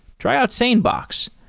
try out sanebox.